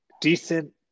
decent